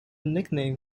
nickname